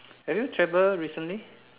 have you travelled recently